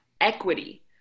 equity